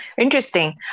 Interesting